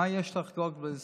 מה יש לחגוג ולשמוח?